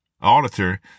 auditor